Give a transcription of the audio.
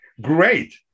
great